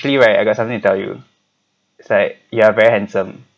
right I got something to tell you it's like you are very handsome